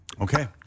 Okay